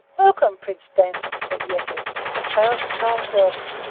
welcome, prince dantan, said yetive, a thousand times welcome.